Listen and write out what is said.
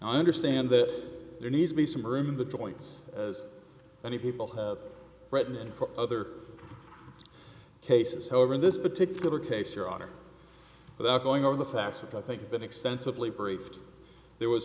understand that there needs to be some room in the joints as many people have written in other cases however in this particular case your honor without going over the facts which i think been extensively briefed there was